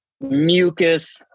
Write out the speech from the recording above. mucus